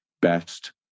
best